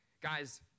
guys